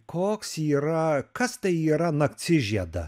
koks yra kas tai yra naktižieda